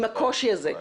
עם הקושי הזה,